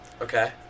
Okay